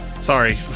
Sorry